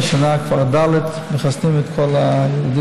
השנה כבר גם ד' מחסנים את כל הילדים